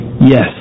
Yes